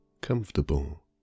comfortable